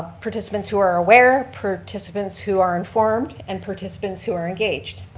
participants who are aware, participants who are informed and participants who are engaged.